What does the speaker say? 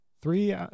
Three